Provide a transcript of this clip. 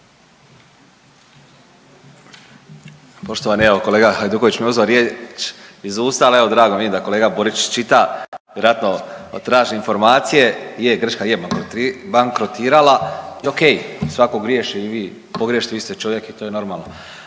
Poštovani, evo kolega Hajduković mi je uzeo riječ iz usta, ali evo drago, vidim da kolega Borić čita, vjerojatno traži informacije, je, Grčka je bankrotirala i ok svako griješi i vi pogriješite, vi ste čovjek i to je normalno,